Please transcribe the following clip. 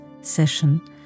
session